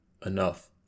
enough